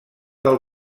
del